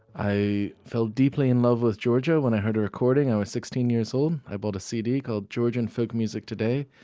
i fell deeply in love with georgia when i heard a recording when i was sixteen years old. i bought a cd called georgian folk music today.